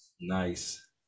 Nice